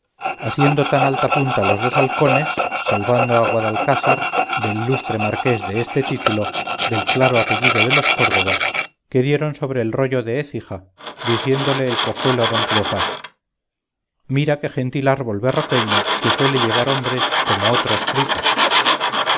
haciendo tan alta punta los dos halcones salvando a guadalcázar del ilustre marqués de este título del claro apellido de los córdovas que dieron sobre el rollo de écija diciéndole el cojuelo a don cleofás mira qué gentil árbol berroqueño que suele llevar hombres como otros fruta